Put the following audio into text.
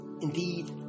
Indeed